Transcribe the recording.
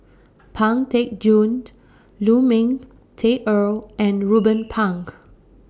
Pang Teck Joon Lu Ming Teh Earl and Ruben Pang